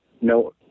no